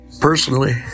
Personally